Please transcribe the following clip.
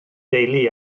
deulu